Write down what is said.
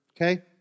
Okay